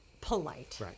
polite